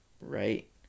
right